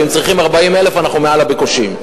ואם צריכים 40,000 אנחנו מעל הביקושים.